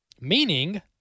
Meaning